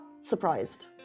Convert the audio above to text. surprised